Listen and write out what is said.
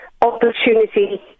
opportunity